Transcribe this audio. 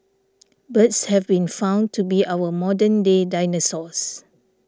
birds have been found to be our modern day dinosaurs